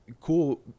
cool